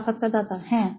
সাক্ষাৎকারদাতা হ্যাঁ